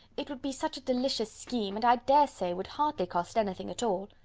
it would be such a delicious scheme and i dare say would hardly cost anything at all.